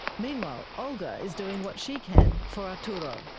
meanwhile, olga is doing what she can for arturo,